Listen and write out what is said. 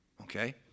Okay